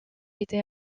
été